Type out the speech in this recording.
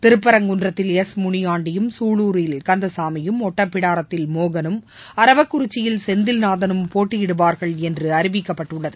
திருப்பரங்குன்றத்தில் எஸ் முனியாண்டியும் சூலூரில் கந்தசாமியும் ஒட்டப்பிடாரத்தில் மோகனும் அரவக்குறிச்சியில் செந்தில் நாதனும் போட்டியிடுவார்கள் என்று அறிவிக்கப்பட்டுள்ளது